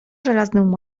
żelaznym